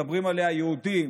מדברים עליה יהודים,